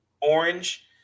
orange